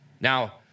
now